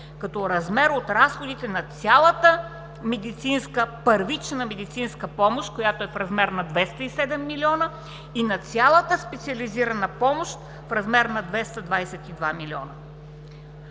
като размер от разходите за цялата първична медицинска помощ, която е в размер на 207 млн. лв., и на цялата специализирана медицинска помощ в размер на 222 млн.